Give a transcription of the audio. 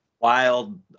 wild